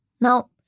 Now